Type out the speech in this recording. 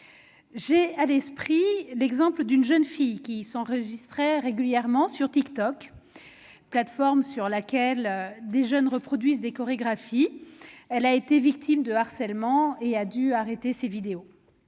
J'ai à l'esprit l'exemple d'une jeune fille qui s'enregistrait régulièrement sur TikTok, plateforme sur laquelle des jeunes reproduisent des chorégraphies. Elle a été victime de harcèlement et a dû arrêter ses vidéos.